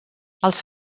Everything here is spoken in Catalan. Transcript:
els